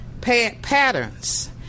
patterns